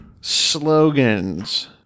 slogans